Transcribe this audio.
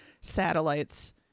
satellites